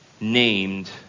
named